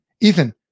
Ethan